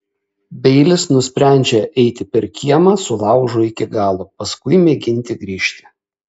beilis nusprendžia eiti per kiemą su laužu iki galo paskui mėginti grįžti